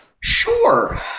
Sure